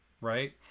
right